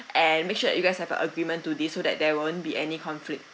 and make sure you guys have a agreement to this so that there won't be any conflict